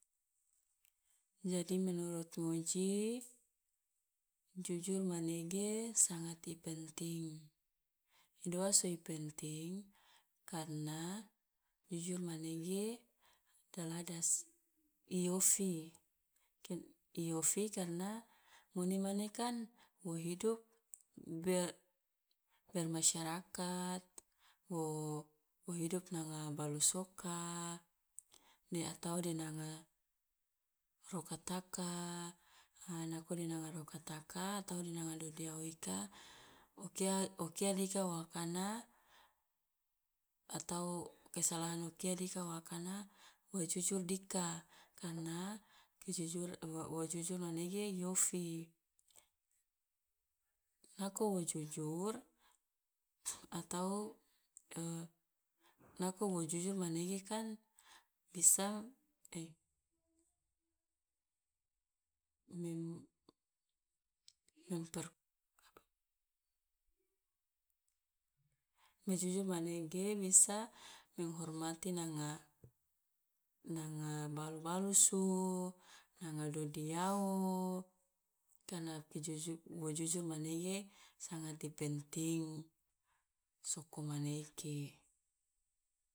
Jadi menurut ngoji jujur manege sangat i penting, i doa so i penting? Karena jujur manege adalah das i ofi, ken i ofi karena ngone mane kan wo hidup ber- bermasyarakat, wo hidup nanga balusu oka, ne atau de nanga rokataka, ha nako de nanga rokataka atau de nanga dodiawu ika o kia o kia dika wo akana atau kesalahan o kia dika wo akana wo jujur dika, karena kejujur wo wo jujur manege i ofi, nako wo jujur atau nako wo jujur manege kan bisa mem- memper me jujur manege bisa menghormati nanga nanga balu balusu, nanga dodiawo karena kejuju wo jujur manege sangat i penting, soko manege.